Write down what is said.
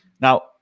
Now